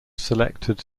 selected